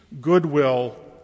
goodwill